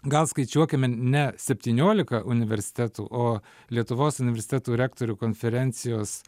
gal skaičiuokime ne septyniolika universitetų o lietuvos universitetų rektorių konferencijos